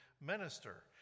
minister